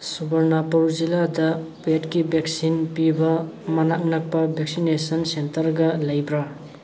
ꯁꯨꯕꯔꯅꯥꯄꯨꯔ ꯖꯤꯜꯂꯥꯗ ꯄꯦꯠꯀꯤ ꯚꯦꯛꯁꯤꯟ ꯄꯤꯕ ꯃꯅꯥꯛ ꯅꯛꯄ ꯚꯦꯛꯁꯤꯅꯦꯁꯟ ꯁꯦꯟꯇꯔꯒ ꯂꯩꯕ꯭ꯔꯥ